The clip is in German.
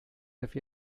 sich